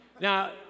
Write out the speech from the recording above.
Now